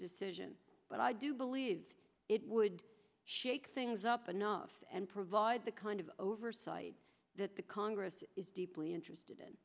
decision but i do believe it would shake things up enough and provide the kind of oversight that the congress is deeply interested in